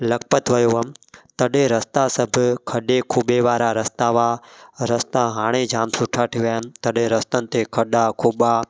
लखपत वियो हुअमि तॾहिं रस्ता सभु खॾे खुॿे वारा रस्ता हुआ रस्ता हाणे जाम सुठा ठही विया आहिनि तॾहिं रस्तनि ते खॾा खुॿा